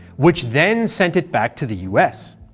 which then sent it back to the us.